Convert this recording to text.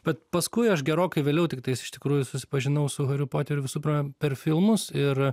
bet paskui aš gerokai vėliau tiktais iš tikrųjų susipažinau su hariu poteriu visų pirma per filmus ir